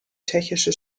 tschechische